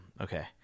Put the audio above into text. Okay